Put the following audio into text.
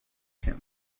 him